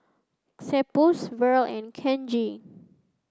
Cephus Verl and Kenji